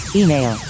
email